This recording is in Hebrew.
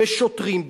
בשוטרים,